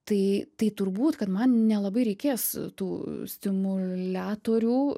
tai tai turbūt kad man nelabai reikės tų stimuliatorių